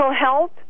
health